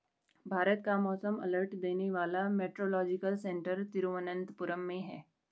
भारत का मौसम अलर्ट देने वाला मेट्रोलॉजिकल सेंटर तिरुवंतपुरम में है